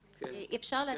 ההגבלה.